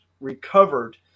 recovered